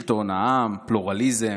שלטון העם, פלורליזם,